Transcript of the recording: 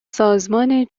سازمان